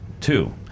Two